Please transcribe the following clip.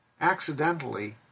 accidentally